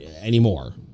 anymore